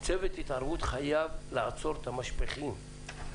צוות התערבות חייב לעצור את המשפכים.